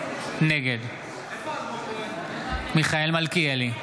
נגד מיכאל מלכיאלי,